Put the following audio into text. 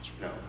No